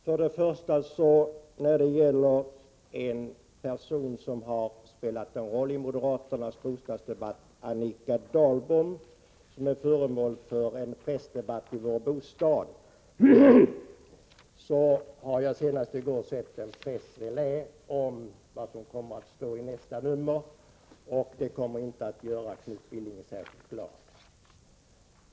Herr talman! Först vill jag säga att när det gäller en person som Annika Dahlbom, som har spelat en stor roll i moderaternas bostadsdebatt och är föremål för en pressdebatt i Vår Bostad, har jag senast i går sett en pressrelease om vad som kommer att stå i nästa nummer. Det kommer inte att göra Knut Billing särskilt glad.